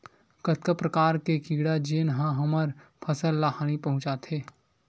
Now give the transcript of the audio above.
कतका प्रकार के कीड़ा जेन ह हमर फसल ल हानि पहुंचाथे?